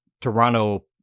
Toronto